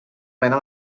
mena